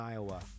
Iowa